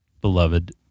beloved